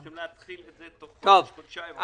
הם צריכים להתחיל את זה תוך חודש חודשיים.